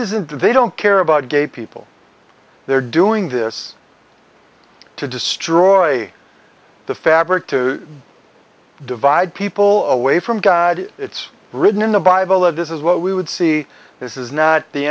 isn't that they don't care about gay people they're doing this to destroy the fabric to divide people away from god it's written in the bible that this is what we would see this is not the